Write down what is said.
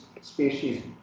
species